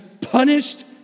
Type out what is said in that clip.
punished